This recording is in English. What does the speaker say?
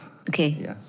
Okay